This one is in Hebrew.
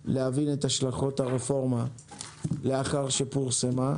כדי להבין את השלכות הרפורמה לאחר שפורסמה,